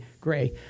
Gray